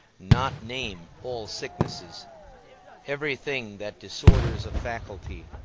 not name all sicknesses every thing that disorders a faculty,